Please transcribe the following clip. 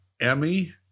Emmy